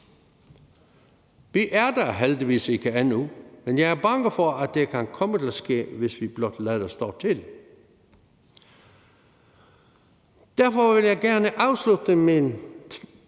Vi er der heldigvis ikke endnu, men jeg er bange for, at det kan komme til at ske, hvis vi blot lader stå til. Derfor vil jeg gerne afslutte min